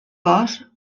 cos